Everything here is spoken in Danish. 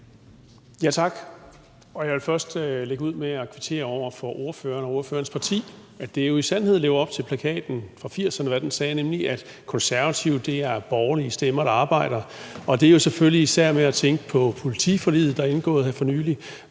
Tak. Jeg vil lægge ud med over for ordføreren og ordførerens parti at kvittere for, at der jo i sandhed leves op til plakaten fra 80'erne, og hvad den sagde, nemlig at Konservative er borgerlige stemmer, der arbejder. Det er jo selvfølgelig især med tanke på politiforliget, der er indgået her for nylig,